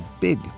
big